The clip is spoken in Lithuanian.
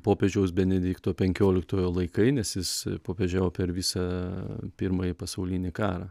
popiežiaus benedikto penkioliktojo laikai nes jis popiežiavo per visą pirmąjį pasaulinį karą